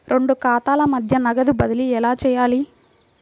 రెండు ఖాతాల మధ్య నగదు బదిలీ ఎలా చేయాలి?